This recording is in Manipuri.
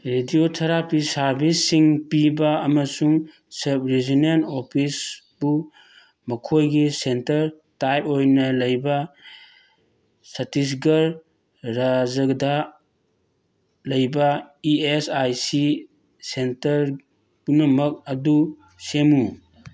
ꯔꯦꯗꯤꯑꯣ ꯊꯦꯔꯥꯄꯤ ꯁꯥꯔꯕꯤꯁꯁꯤꯡ ꯄꯤꯕ ꯑꯃꯁꯨꯡ ꯁꯕ ꯔꯤꯖꯅꯦꯜ ꯑꯣꯐꯤꯁꯄꯨ ꯃꯈꯣꯏꯒꯤ ꯁꯦꯟꯇꯔ ꯇꯥꯏꯞ ꯑꯣꯏꯅ ꯂꯩꯕ ꯁꯇꯤꯁꯒꯔ ꯔꯥꯖ꯭ꯌꯥꯗ ꯂꯩꯕ E S I C centre ꯄꯨꯝꯅꯃꯛ ꯑꯗꯨ ꯁꯦꯝꯃꯨ